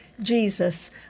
Jesus